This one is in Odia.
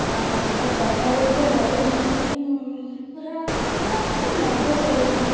ତ ଡରରେ ପୁରା ଡରି ମରିକି ପୁରା ପୁରା ପୁରା ନର୍ଭସ୍ ହେଇଯାଇଥିଲି ମୁଁ